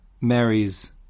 marries